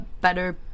better